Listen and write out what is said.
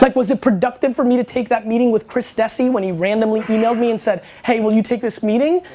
like was it productive for me to take that meeting with chris dessy when he randomly e-mailed me and said hey, will you take this meeting?